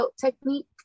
technique